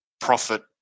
profit